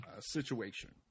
situation